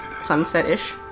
sunset-ish